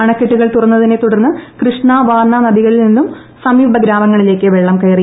അണക്കെട്ടുകൾ തുറന്നതിനെ തുടർന്ന് കൃഷ്ണ വാർണ നദികളിൽ നിന്നും സമീപഗ്രാമങ്ങളിലേക്ക് വെള്ളം കയറി